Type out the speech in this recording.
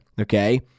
okay